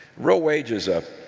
real wage is ah